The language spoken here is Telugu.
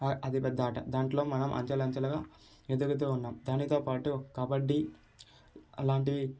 అతి పెద్ద ఆట దాంట్లో మనం అంచెలంచెలుగా ఎదుగుతూ ఉన్నాం దానితో పాటు కబడ్డీ అలాంటి